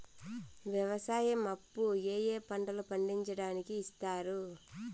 వ్యవసాయం అప్పు ఏ ఏ పంటలు పండించడానికి ఇస్తారు?